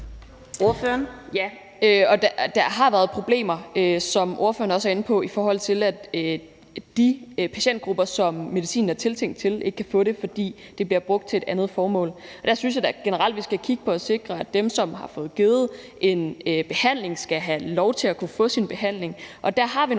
der har været problemer, hvilket ordføreren også er inde på, i forhold til at de patientgrupper, som medicinen er tiltænkt, ikke kan få det, fordi det bliver brugt til et andet formål. Jeg synes generelt, at vi skal kigge på at sikre, at dem, som er blevet givet en behandling, skal have lov til at få den behandling, og der har vi nogle